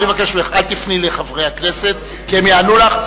אני מבקש ממך, אל תפני לחברי הכנסת כי הם יענו לך.